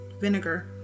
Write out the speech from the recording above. vinegar